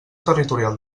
territorial